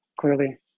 clearly